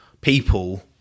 people